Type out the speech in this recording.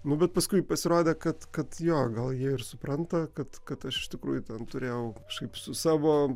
nu bet paskui pasirodė kad kad jo gal jie ir supranta kad kad aš iš tikrųjų ten turėjau šiaip su savo